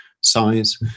size